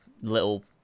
little